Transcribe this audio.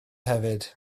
hefyd